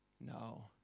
No